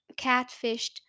catfished